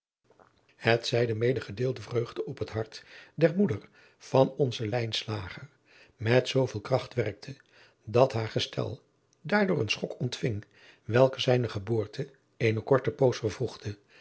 het zij de medegedeelde vreugde op het hart der moeder van onzen lijnslager met zooveel kracht werkte dat haar gestel daardoor een'schok ontving welke zijne geboorte eene korte poos vervroegde